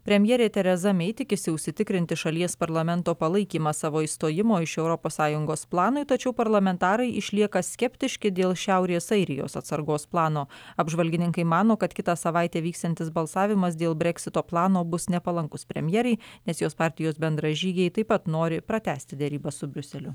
premjerė tereza mei tikisi užsitikrinti šalies parlamento palaikymą savo išstojimo iš europos sąjungos planui tačiau parlamentarai išlieka skeptiški dėl šiaurės airijos atsargos plano apžvalgininkai mano kad kitą savaitę vyksiantis balsavimas dėl breksito plano bus nepalankus premjerei nes jos partijos bendražygiai taip pat nori pratęsti derybas su briuseliu